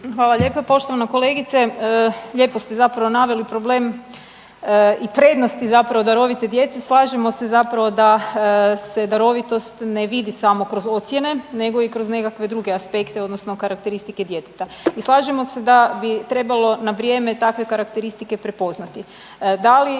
Hvala lijepa. Poštovana kolegice lijepo ste zapravo naveli problem i prednost zapravo darovite djece. Slažemo se zapravo da se darovitost ne vidi samo kroz ocjene, nego i kroz nekakve druge aspekte odnosno karakteristike djeteta. I slažemo se da bi trebalo na vrijeme takve karakteristike prepoznati